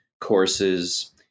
courses